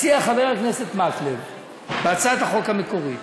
מציע חבר הכנסת מקלב בהצעת החוק המקורית